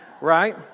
right